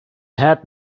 had